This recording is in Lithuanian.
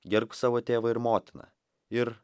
gerbk savo tėvą ir motiną ir